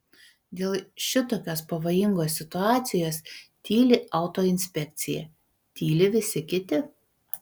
dėl šitokios pavojingos situacijos tyli autoinspekcija tyli visi kiti